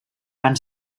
van